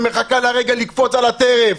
ומחכה לרגע לקפוץ על הטרף.